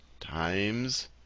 Times